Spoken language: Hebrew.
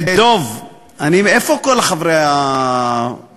דב, איפה כל חברי הרשימה?